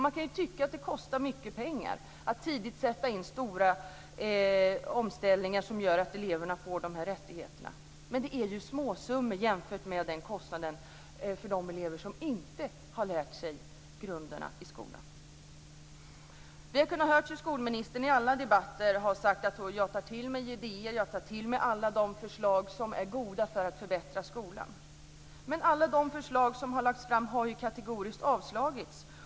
Man kan tycka att det kostar mycket pengar att tidigt sätta in stora omställningar som gör att eleverna får de här rättigheterna men det är fråga om småsummor jämfört med kostnaden för de elever som inte har lärt sig grunderna i skolan. Vi har kunnat höra skolministern i alla debatter säga: Jag tar till mig idéer. Jag tar till mig alla förslag som är goda för att förbättra skolan. Men alla förslag som lagts fram har kategoriskt avslagits.